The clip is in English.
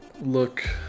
look